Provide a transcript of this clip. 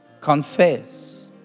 Confess